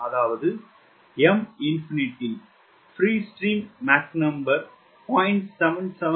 அதாவது M∞ free stream Mach எண் 0